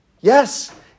Yes